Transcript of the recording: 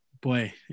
boy